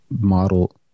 model